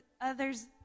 others